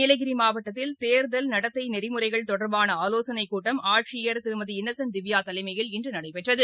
நீலகிரிமாவட்டத்தில் தேர்தல் நடத்தைநெறிமுறைகள் தொடர்பானஆலோசனைக்கூட்டம் ஆட்சியர் திருமதி இன்னசென்ட் திவ்யாதலைமையில் இன்றுநடைபெற்றது